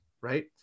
right